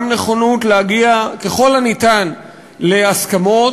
גם נכונות להגיע ככל הניתן להסכמות.